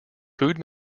food